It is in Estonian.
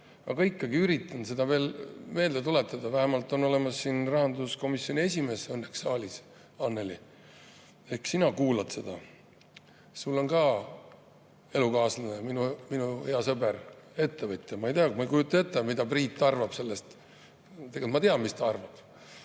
Aga ikkagi üritan seda veel meelde tuletada. Vähemalt on rahanduskomisjoni esimees õnneks saalis. Annely, ehk sina kuulad seda? Sul on ka elukaaslane, minu hea sõber, ettevõtja. Ma ei tea, ma ei kujuta ette, mida Priit arvab sellest. Või tegelikult ma tean, mis ta arvab.